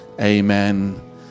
Amen